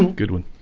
um good one.